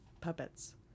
puppets